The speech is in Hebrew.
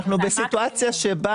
אנחנו בסיטואציה שבה